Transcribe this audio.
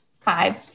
five